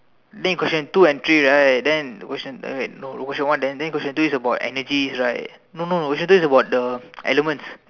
then in question two and three right then question uh wait no question one then then question two is about energy right no no no question two is about the elements